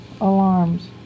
alarms